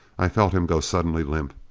i felt him go suddenly limp.